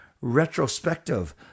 retrospective